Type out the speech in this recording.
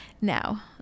now